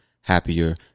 happier